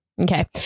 Okay